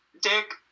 Dick